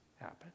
happen